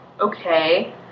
Okay